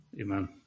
Amen